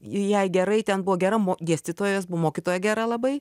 jai gerai ten buvo gera dėstytoja jos buvo mokytoja gera labai